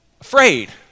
afraid